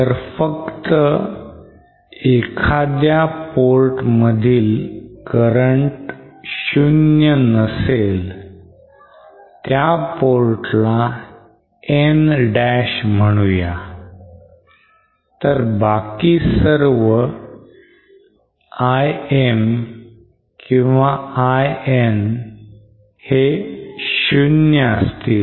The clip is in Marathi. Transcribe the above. जर फक्त एखाद्या port मधील currents 0 नसेल त्या port ला N dash म्हणूयात तर बाकी सर्व I M किंवा INs हे 0 असतील